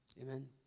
Amen